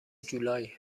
جولای